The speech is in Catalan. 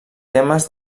temes